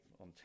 on